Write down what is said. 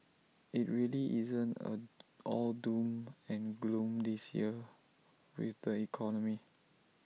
IT really isn't A all doom and gloom this year with the economy